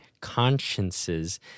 consciences